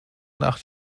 nach